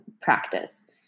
practice